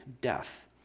death